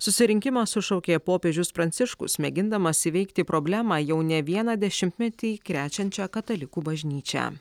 susirinkimą sušaukė popiežius pranciškus mėgindamas įveikti problemą jau ne vieną dešimtmetį krečiančią katalikų bažnyčią